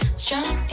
strong